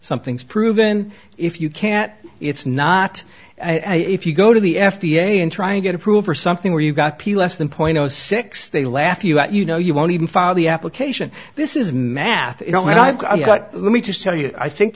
something's proven if you can't it's not if you go to the f d a and try and get approve or something where you got p less than point six they laugh you out you know you won't even follow the application this is math but let me just tell you i think